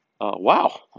wow